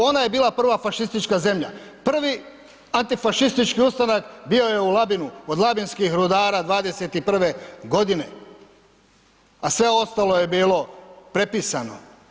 Ona je bila prva fašistička zemlja, prvi antifašistički ustanak bio u Labinu, od labinski rudara '21. godine a sve ostalo je bilo prepisano.